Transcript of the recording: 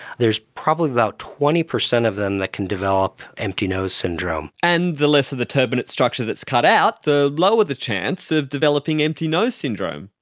there's probably about twenty percent of them that can develop empty nose syndrome. and the less of the turbinate structure that is cut out, the lower the chance of developing empty nose syndrome.